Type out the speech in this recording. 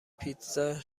پیتزا